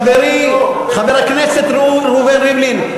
חברי חבר הכנסת ראובן ריבלין,